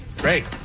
Great